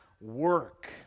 work